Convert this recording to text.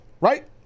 right